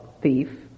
thief